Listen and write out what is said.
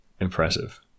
impressive